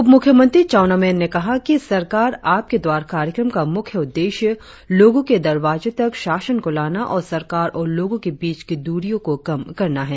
उपमुख्यमंत्री चाउना मेन ने कहा कि सरकार आपके द्वारा कार्यक्रम का मुख्य उद्देश्य लोगों के दरवाजे तक शासन को लाना और सरकार और लोगों के बीच की दूरिया को कम करना है